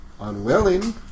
unwilling